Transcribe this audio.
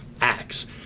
acts